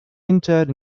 interred